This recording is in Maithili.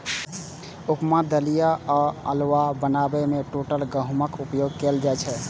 उपमा, दलिया आ हलुआ बनाबै मे टूटल गहूमक उपयोग कैल जाइ छै